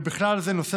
ובכלל זה נושא